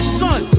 son